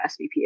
SVP